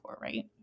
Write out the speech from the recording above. right